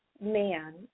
man